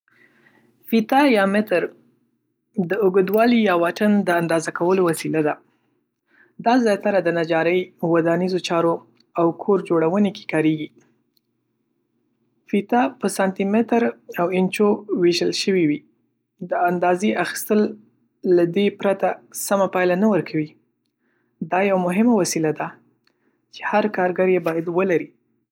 فیته یا متر د اوږدوالی یا واټن د اندازه کولو وسیله ده. دا زیاتره د نجارۍ، ودانیزو چارو او کور جوړونې کې کارېږي. فیته په سانتي‌متر او انچو ویشل شوې وي. د اندازې اخیستل له دې پرته سمه پایله نه ورکوي. دا یوه مهمه وسیله ده، چې هر کارګر یې باید ولري